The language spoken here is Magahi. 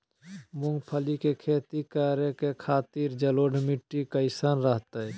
मूंगफली के खेती करें के खातिर जलोढ़ मिट्टी कईसन रहतय?